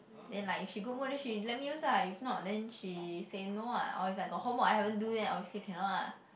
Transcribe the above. then like if she good mood then she let me use lah if not then she said no ah or if I got homework I haven't do then obviously cannot lah